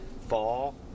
fall